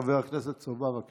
חבר הכנסת סובה, בבקשה.